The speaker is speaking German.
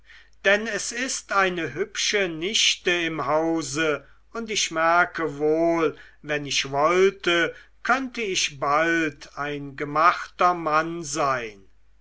denn es ist eine hübsche nichte im hause und ich merke wohl wenn ich wollte könnte ich bald ein gemachter mann sein